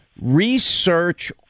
Research